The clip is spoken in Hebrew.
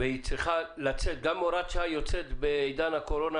והיא צריכה לצאת גם הוראת שעה יוצאת בעידן הקורונה